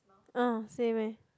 uh same eh